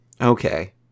Okay